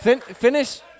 finish